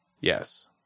Yes